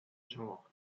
genres